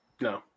No